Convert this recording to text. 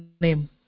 name